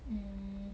mm